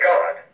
God